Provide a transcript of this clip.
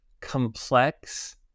complex